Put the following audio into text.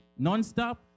nonstop